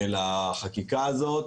לחקיקה הזו,